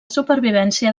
supervivència